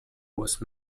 was